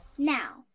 Now